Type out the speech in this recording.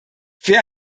für